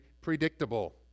predictable